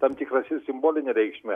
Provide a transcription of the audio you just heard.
tam tikrą si simbolinę reikšmę